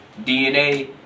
DNA